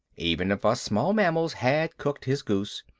even if us small mammals had cooked his goose.